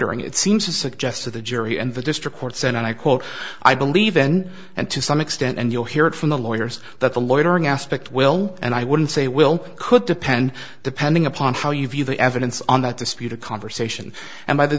loitering it seems to suggest to the jury and the district courts and i quote i believe in and to some extent and you'll hear it from the lawyers that the loitering aspect will and i wouldn't say will could depend depending upon how you view the evidence on that disputed conversation and by the